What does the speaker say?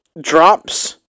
drops